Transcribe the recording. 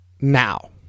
now